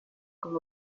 con